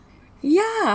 yeah